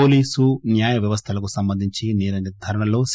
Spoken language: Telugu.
పోలీసు న్యాయ వ్యవస్థలకు సంబంధించి సేర నిర్దారణలో సి